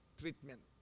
treatment